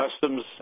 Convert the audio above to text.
customs